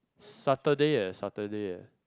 Saturday eh Saturday eh